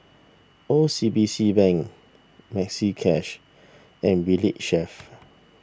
O C B C Bank Maxi Cash and Valley Chef